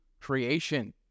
creation